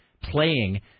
playing